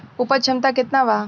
उपज क्षमता केतना वा?